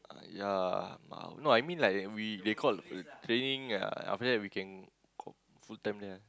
uh ya no I mean like we they called training ya after that we can full time there